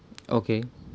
okay